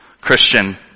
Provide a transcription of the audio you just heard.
Christian